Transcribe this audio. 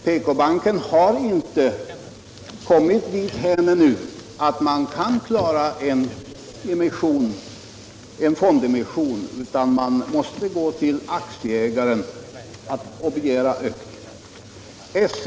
PK banken har inte ännu kommit dithän att den kan klara en fondemission, utan man måste gå till aktieägaren och begära ökning.